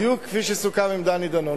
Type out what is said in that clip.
בדיוק כפי שסוכם עם דני דנון.